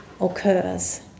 occurs